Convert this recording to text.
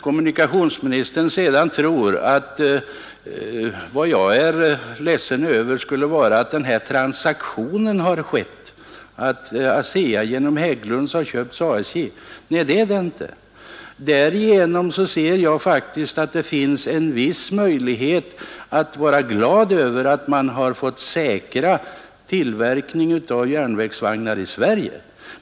Kommunikationsministern tycks tro att vad jag är ledsen över skulle vara att den här transaktionen har skett, att ASEA genom Hägglunds har köpt ASJ. Det är inte så. Tvärtom finns det, som jag ser det, anledning att vara glad över det, eftersom det därigenom faktiskt finns en viss möjlighet att säkra tillverkningen av järnvägsvagnar i Sverige.